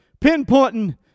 Pinpointing